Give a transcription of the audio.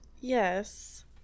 Yes